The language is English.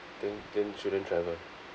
then then shouldn't travel